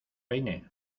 peine